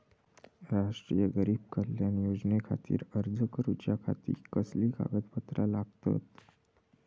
राष्ट्रीय गरीब कल्याण योजनेखातीर अर्ज करूच्या खाती कसली कागदपत्रा लागतत?